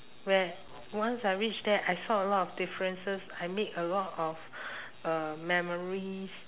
where once I reach there I saw a lot of differences I make a lot of uh memories